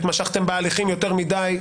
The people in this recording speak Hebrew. התמשכותם בהליכים יותר מדי,